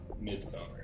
Midsummer